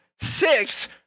six